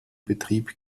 betrieb